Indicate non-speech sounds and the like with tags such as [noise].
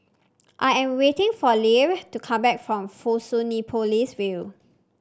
I am waiting for [unintelligible] to come back from Fusionopolis View